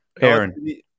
Aaron